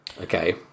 okay